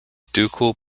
ducal